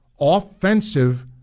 offensive